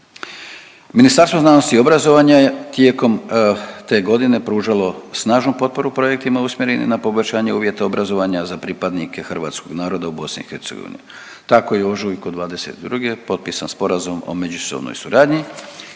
Ministarstvo znanosti i obrazovanja je tijekom te godine pružalo snažnu potporu projektima usmjerenim na poboljšanje uvjeta obrazovanja za pripadnike hrvatskog naroda u BiH. Tako je u ožujku '22. potpisan sporazum o međusobnoj suradnji